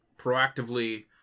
proactively